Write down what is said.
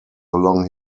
long